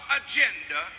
agenda